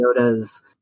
Yoda's